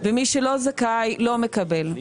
ומי שלא זכאי לא מקבל.